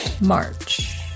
March